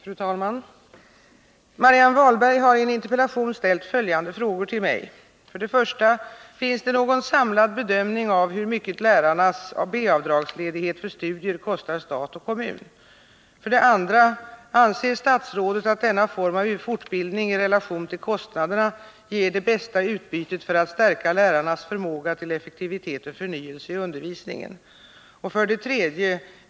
Fru talman! Marianne Wahlberg har i en interpellation ställt följande frågor till mig: 1. Finns det någon samlad bedömning av hur mycket lärarnas B avdragsledighet för studier kostar stat och kommun? 2. Anser statsrådet att denna form av fortbildning i relation till kostnaderna ger det bästa utbytet för att stärka lärarnas förmåga till effektivitet och förnyelse i undervisningen? 3.